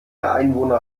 einwohner